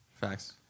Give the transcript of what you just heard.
Facts